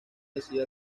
recibe